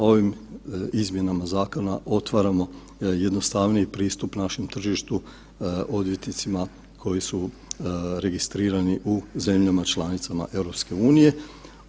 Ovim izmjenama zakona otvaramo jednostavniji pristup našem tržištu odvjetnicima koji su registrirani u zemljama članicama EU-e.